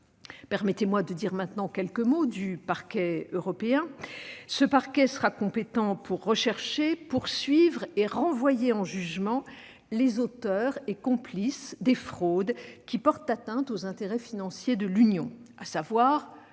Permettez-moi de dire maintenant quelques mots du Parquet européen. Celui-ci sera compétent pour rechercher, poursuivre et renvoyer en jugement les auteurs et complices des fraudes qui portent atteinte aux intérêts financiers de l'Union, à savoir